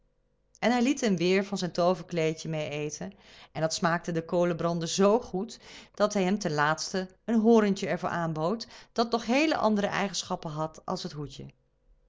noodde hij liet hem weêr van zijn tooverkleedje meêeten en dat smaakte den kolenbrander z goed dat hij hem ten laatste een hoorntje er voor aanbood dat nog heel andere eigenschappen had als het hoedje